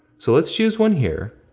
so let's choose one here,